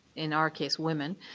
in our case women,